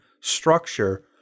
structure